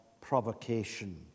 provocation